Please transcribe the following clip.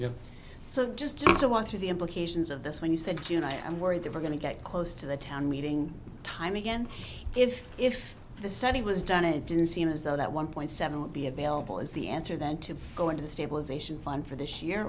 so just to walk through the implications of this when you said you know i'm worried that we're going to get close to the town meeting time again if if the study was done it didn't seem as though that one point seven would be available is the answer then to go into the stabilization fund for this year